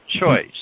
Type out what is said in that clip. choice